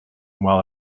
while